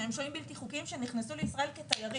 שהם שוהים בלתי חוקיים שנכנסו לישראל כתיירים.